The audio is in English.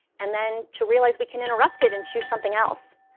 and then to realize we can interrupt it and choose something else.